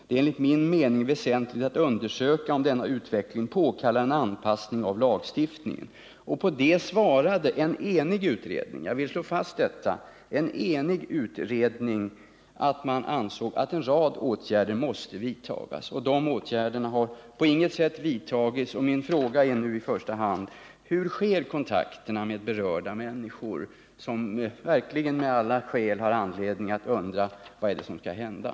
Det är enligt min mening väsentligt att undersöka om denna utveckling påkallar en anpassning av lagstiftningen.” På det svarade en enig utredning — jag vill slå fast att utredningen var enig — att man ansåg att en rad åtgärder måste vidtas. De åtgärderna har på intet sätt påbörjats. Min fråga är nu: Hur sker kontakterna med berörda människor, som verkligen har all anledning att undra vad som kommer att göras?